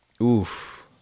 Oof